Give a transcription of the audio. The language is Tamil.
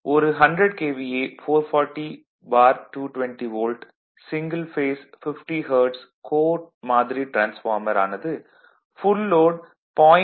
ஒரு 100 KVA 440220 volt single phase 50 hertz core மாதிரி டிரான்ஸ்பார்மர் ஆனது ஃபுல் லோட் 0